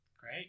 Great